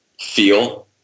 feel